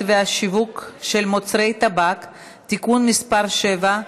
והשיווק של מוצרי טבק (תיקון מס' 7),